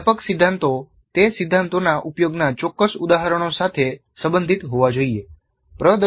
ખૂબ જ વ્યાપક સિદ્ધાંતો તે સિદ્ધાંતોના ઉપયોગના ચોક્કસ ઉદાહરણો સાથે સંબંધિત હોવા જોઈએ